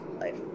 life